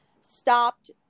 stopped